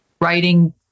writing